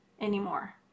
anymore